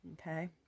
Okay